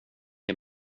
ger